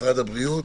משרד הבריאות,